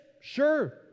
Sure